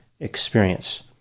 experience